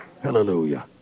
Hallelujah